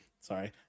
Sorry